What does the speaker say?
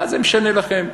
מה זה משנה לכם?